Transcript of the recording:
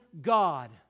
God